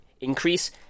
increase